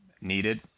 needed